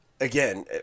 again